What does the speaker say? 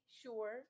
sure